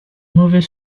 mauvais